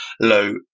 low